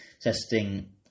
testing